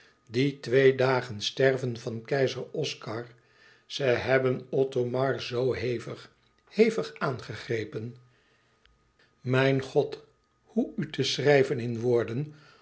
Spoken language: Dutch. die twee dagen sterven van keizer oscar ze hebben othomar zoo hevig hevig aangegrepen mijn god hoe u te schrijven in woorden